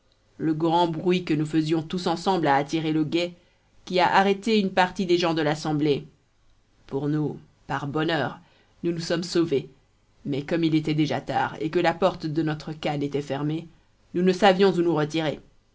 le grand bruit que nous faisions tous ensemble a attiré le guet qui a arrêté une partie des gens de l'assemblée pour nous par bonheur nous nous sommes sauvés mais comme il était déjà tard et que la porte de notre khan était fermée nous ne savions où nous retirer